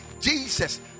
Jesus